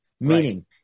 meaning